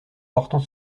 portant